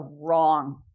wrong